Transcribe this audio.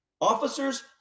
Officers